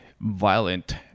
violent